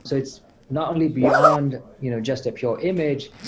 so it's not only beyond you know just a pure image.